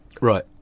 Right